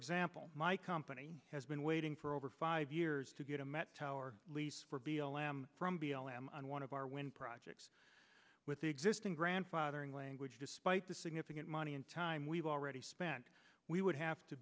example my company has been waiting for over five years to get a met tower lease for b l m from b l m on one of our wind projects with the existing grandfathering language despite the significant money and time we've already spent we would have to